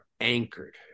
anchored